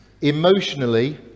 emotionally